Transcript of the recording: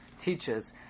teaches